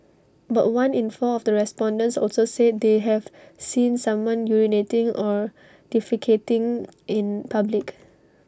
about one in four of the respondents also said they have seen someone urinating or defecating in public